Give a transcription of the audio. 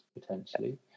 potentially